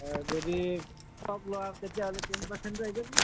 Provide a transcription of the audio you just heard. আৰু যদি ফগ লোৱা তেতিয়া হ'লে টেন পাৰচেন্ট পাই যাবি